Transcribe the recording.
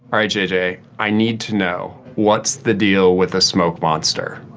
all right, jj. i need to know. what's the deal with the smoke monster?